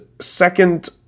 second